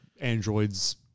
androids